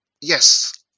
yes